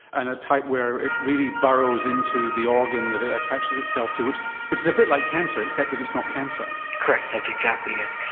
and a type where it really burrows into the organ that it attaches itself to, which which is a bit like cancer except that it's not cancer. correct that's exactly it.